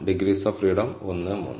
degrees of freedom 1 3